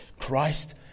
Christ